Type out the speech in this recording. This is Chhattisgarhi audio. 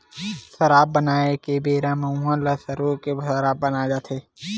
सराब बनाए के बेरा म मउहा ल सरो के सराब बनाए जाथे